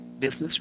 Business